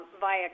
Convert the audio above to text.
Via